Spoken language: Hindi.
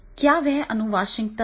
क्या यह आनुवंशिकता है